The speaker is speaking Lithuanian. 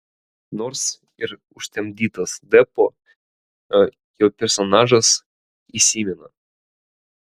nors ir užtemdytas deppo jo personažas įsimena